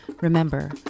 Remember